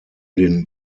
den